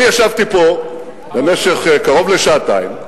אני ישבתי פה במשך קרוב לשעתיים,